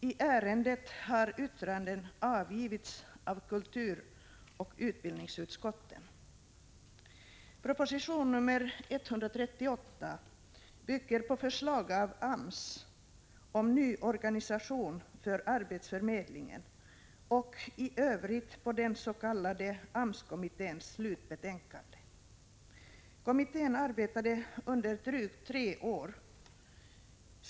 I ärendet har yttranden avgivits av kulturoch utbildningsutskotten. Proposition nr 138 bygger på förslag av AMS om ny organisation för arbetsförmedlingen och i övrigt på den s.k. AMS-kommitténs slutbetänkande. Kommittén har arbetat under drygt tre års tid.